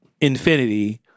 Infinity